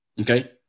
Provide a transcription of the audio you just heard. Okay